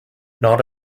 not